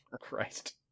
Christ